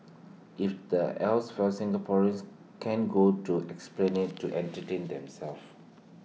if the else fails Singaporeans can go to esplanade to entertain themselves